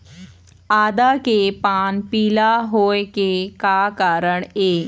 आदा के पान पिला होय के का कारण ये?